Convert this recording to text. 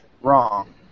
Wrong